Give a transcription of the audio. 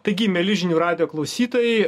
taigi mieli žinių radijo klausytojai